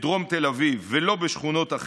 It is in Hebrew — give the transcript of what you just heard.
בדרום תל אביב ולא בשכונות,